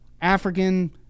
African